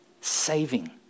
saving